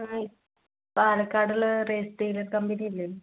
ആ പാലക്കാടുള്ള race dealer കമ്പനിയല്ലേ